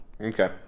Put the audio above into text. Okay